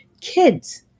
kids